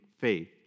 faith